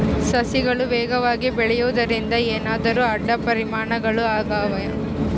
ಸಸಿಗಳು ವೇಗವಾಗಿ ಬೆಳೆಯುವದರಿಂದ ಏನಾದರೂ ಅಡ್ಡ ಪರಿಣಾಮಗಳು ಆಗ್ತವಾ?